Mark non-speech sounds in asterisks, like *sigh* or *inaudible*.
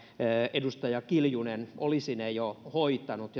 edustaja kiljunen olisi ne jo hoitanut *unintelligible*